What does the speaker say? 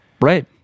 Right